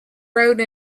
wrote